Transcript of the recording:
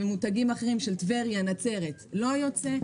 ומותגים אחרים של טבריה-נצרת לא יוצא.